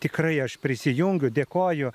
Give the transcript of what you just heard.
tikrai aš prisijungiu dėkoju